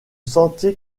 sentier